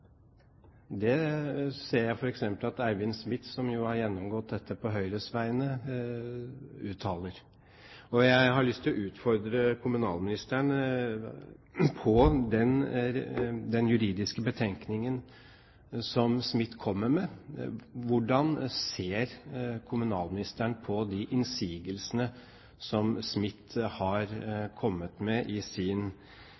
Det ser jeg f.eks. at Eivind Smith, som har gjennomgått dette på Høyres vegne, uttaler. Jeg har lyst til å utfordre kommunalministeren på den juridiske betenkningen som Smith kommer med. Hvordan ser kommunalministeren på de innsigelsene som Smith har